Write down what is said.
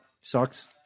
Sucks